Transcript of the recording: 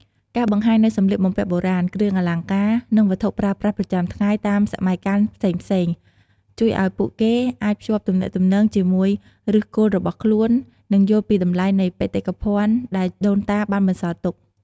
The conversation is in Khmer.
ការបង្ហាញនូវសម្លៀកបំពាក់បុរាណ គ្រឿងអលង្ការ និងវត្ថុប្រើប្រាស់ប្រចាំថ្ងៃតាមសម័យកាលផ្សេងៗ ជួយឱ្យពួកគេអាចភ្ជាប់ទំនាក់ទំនងជាមួយឫសគល់របស់ខ្លួន និងយល់ពីតម្លៃនៃបេតិកភណ្ឌដែលដូនតាបានបន្សល់ទុក។